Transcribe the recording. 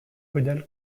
caudale